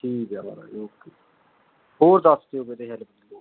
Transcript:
ਠੀਕ ਹੈ ਮਹਾਰਾਜ ਓਕੇ ਹੋਰ ਦੱਸ ਦਿਓ ਕਿਤੇ ਹੈਲਪ ਦੀ ਲੋੜ ਹੋਈ